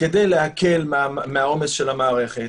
כדי להקל מעומס המערכת,